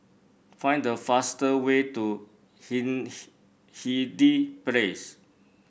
find the faster way to Hindhede Place